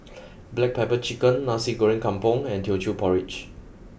Black Pepper Chicken Nasi Goreng Kampung and Teochew Porridge